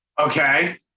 Okay